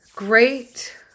Great